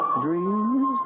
dreams